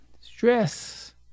stress